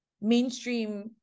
mainstream